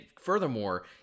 furthermore